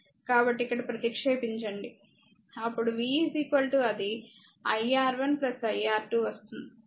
కాబట్టి ఇక్కడ ప్రతిక్షేపించండి అప్పుడు v అది iR1 iR2 వస్తుంది